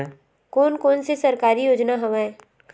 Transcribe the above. कोन कोन से सरकारी योजना हवय?